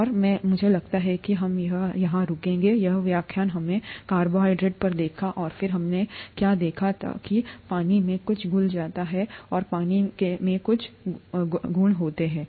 और मैं लगता है कि हम यहाँ रुकेंगे यह व्याख्यान हमने कार्बोहाइड्रेट पर देखा और फिर हमने क्या देखा तब होता है जब पानी में कुछ घुल जाता है और पानी में कुछ गुण होते हैं